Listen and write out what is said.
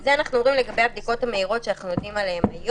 זה אנחנו אומרים לגבי הבדיקות המהירות שאנחנו יודעים עליהן היום,